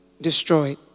destroyed